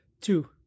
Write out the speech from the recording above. Two